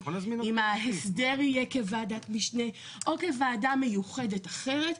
אם ההסדר יהיה כוועדת משנה או כוועדה מיוחדת אחרת,